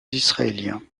israéliens